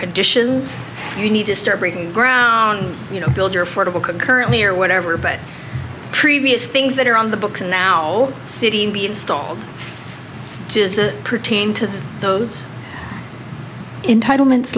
conditions you need to start breaking ground you know build your fordable concurrently or whatever but previous things that are on the books and now sitting be installed just pertaining to those in title mint